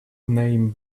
name